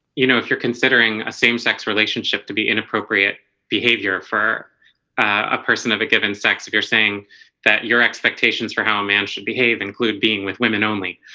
you know, if you're considering a same-sex relationship to be inappropriate behavior for a person of a given sex if you're saying that your expectations for how a man should behave include being with women only